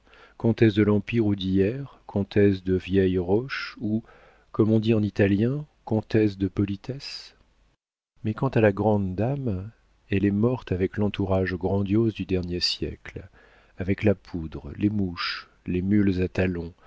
de l'empire ou d'hier comtesse de vieille roche ou comme on dit en italien comtesse de politesse mais quant à la grande dame elle est morte avec l'entourage grandiose du dernier siècle avec la poudre les mouches les mules à talons